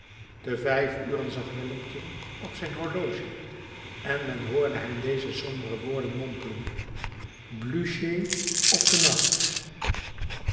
te vijf uren zag wellington op zijn horloge en men hoorde hem deze sombere woorden mompelen blücher of de nacht